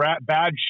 bad